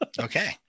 Okay